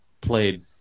played